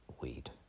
weed